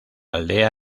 aldea